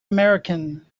american